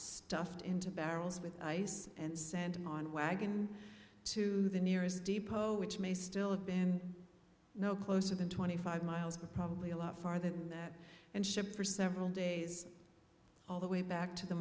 stuffed into barrels with ice and send them on a wagon to the nearest depot which may still have been no closer than twenty five miles but probably a lot farther than that and shipped for several days all the way back to the